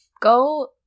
Go